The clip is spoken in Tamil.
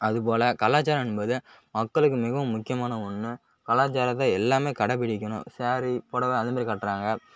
அது போல கலாச்சாரம் என்பது மக்களுக்கு மிகவும் முக்கியமான ஒன்று கலாச்சாரத்தை எல்லாம் கடைப்பிடிக்கணும் சேரீ புடவ அது மாரி கட்டுறாங்க